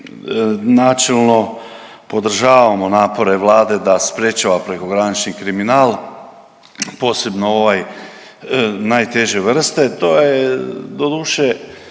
načelno podržavamo napore Vlade da sprječava prekogranični kriminal, posebno ovaj najteže vrste. To je doduše,